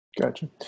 Gotcha